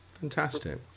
Fantastic